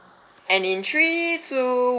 and in three two one